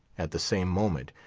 at the same moment,